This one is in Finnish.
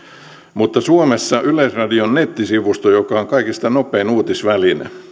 suomessa yleisradion nettisivusto joka on kaikista nopein uutisväline